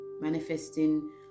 manifesting